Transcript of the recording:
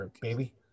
baby